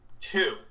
Two